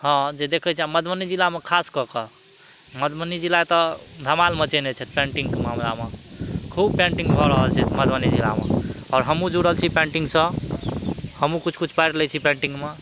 हँ जे देखै छियै मधुबनी से जिलामे खास कऽ कऽ मधुबनी जिला तऽ धमाल मचैने छथि पेन्टिंगके मामलामे खूब पेन्टिंग भऽ रहल छथि मधुबनी जिलामे और हमहुँ जुड़ल छी पेन्टिंगसँ हमहुँ कुछ कुछ पाइर लै छी पेन्टिंग मऽ